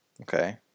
Okay